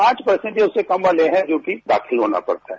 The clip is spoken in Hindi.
पांच परसेंट या उससे कम वाले है जो कि दाखिल होना पड़ता है